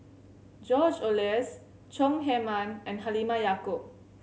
George Oehlers Chong Heman and Halimah Yacob